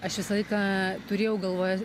aš visą laiką turėjau galvoj